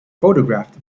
photographed